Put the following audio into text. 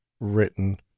written